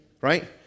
Right